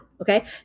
okay